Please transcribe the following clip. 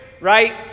right